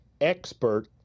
expert